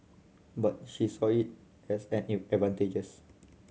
but she saw it as an in advantages